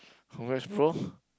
congrats bro